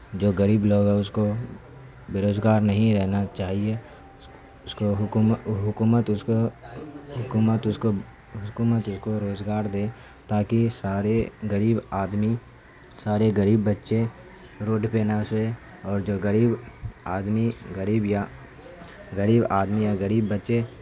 جو غریب لوگ ہیں اس کو بےروزگار نہیں رہنا چاہیے اس کو حکومت حکومت اس کو حکومت اس کو حکومت اس کو روزگار دے تاکہ سارے غریب آدمی سارے گریب بچے روڈ پہ نہ سوئے اور جو غریب آدمی غریب یا غریب آدمی یا غریب بچے